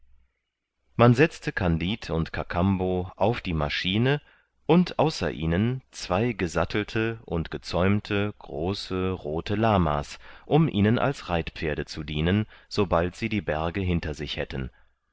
man setzte kandid und kakambo auf die maschine und außer ihnen zwei gesattelte und gezäumte große rothe lama's um ihnen als reitpferde zu dienen sobald sie die berge hinter sich hätten